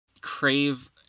crave